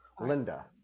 Linda